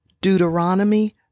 Deuteronomy